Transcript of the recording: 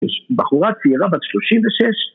בחורה צעירה בת שלושים ושש